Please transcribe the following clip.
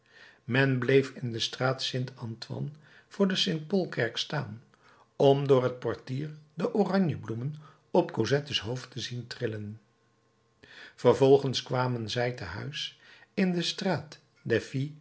men bleef in de straat st antoine voor de st paul kerk staan om door het portier de oranjebloemen op cosettes hoofd te zien trillen vervolgens kwamen zij te huis in de straat